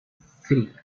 three